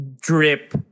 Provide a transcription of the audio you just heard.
drip